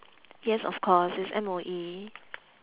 yes of course it's M_O_E